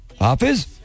Office